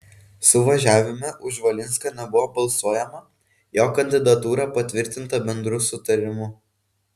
suvažiavime už valinską nebuvo balsuojama jo kandidatūra patvirtinta bendru sutarimu